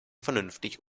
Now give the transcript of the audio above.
vernünftig